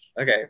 Okay